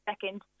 second